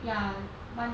ya 完